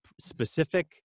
specific